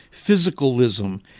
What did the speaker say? physicalism